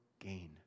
gain